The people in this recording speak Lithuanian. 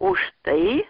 už tai